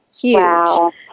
huge